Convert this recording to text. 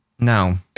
No